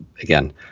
again